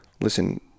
listen